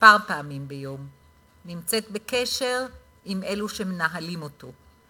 כמה פעמים ביום, נמצאת בקשר עם אלו שמנהלים אותו.